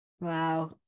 Wow